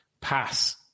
pass